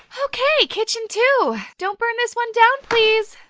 okay, kitchen two. don't burn this one down, please.